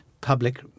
public